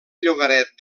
llogaret